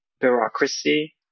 bureaucracy